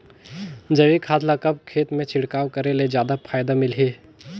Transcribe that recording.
जैविक खाद ल कब खेत मे छिड़काव करे ले जादा फायदा मिलही?